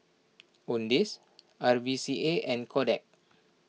Owndays R V C A and Kodak